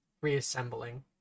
reassembling